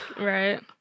Right